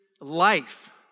life